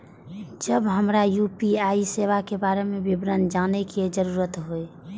जब हमरा यू.पी.आई सेवा के बारे में विवरण जानय के जरुरत होय?